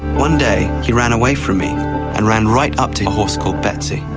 one day he ran away from me and ran right up to a horse called betsy.